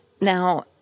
now